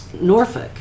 Norfolk